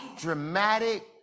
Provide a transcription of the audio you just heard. dramatic